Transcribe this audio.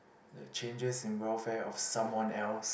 like changes in welfare of someone else